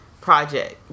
project